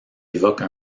évoque